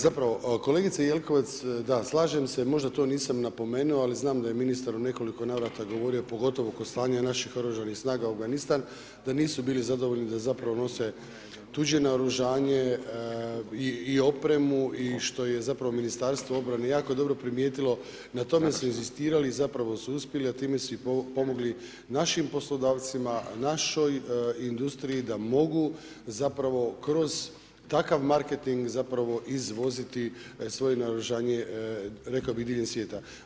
Zapravo, kolegice Jelkovac, da slažem se, možda to nisam napomenuo, ali znam da je ministar u nekoliko navrata govorio, pogotovo kod slanja naših Oružanih snaga u Afganistan, da nisu bili zadovoljni da zapravo nose tuđe naoružanje i opremu i što je zapravo Ministarstvo obrane jako dobro primijetilo, na tome su inzistirali i zapravo su uspjeli, a time su i pomogli našim poslodavcima, našoj industriji da mogu zapravo kroz takav marketing zapravo izvoziti svoje naoružanje, rekao bih diljem svijeta.